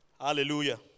Hallelujah